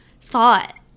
thought